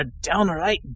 downright